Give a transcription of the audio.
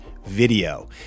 video